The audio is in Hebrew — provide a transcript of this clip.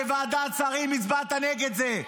אתה בוועדת שרים הצבעת נגד זה.